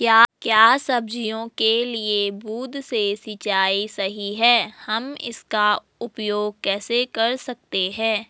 क्या सब्जियों के लिए बूँद से सिंचाई सही है हम इसका उपयोग कैसे कर सकते हैं?